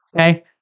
okay